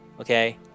Okay